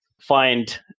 find